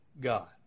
God